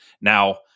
Now